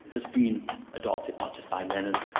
has been adopted not just by lenin,